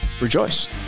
rejoice